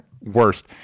worst